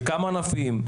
בכמה ענפים,